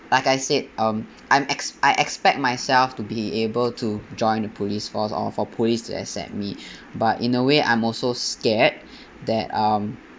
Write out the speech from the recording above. like I said um I'm ex~ I expect myself to be able to join the police force or for police to accept me but in a way I'm also scared that um